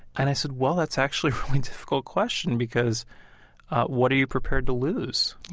and i said, well, that's actually a really difficult question, because what are you prepared to lose?